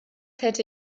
hätte